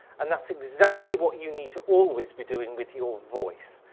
and that's exactly what you need to always be doing with your voice.